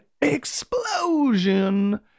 explosion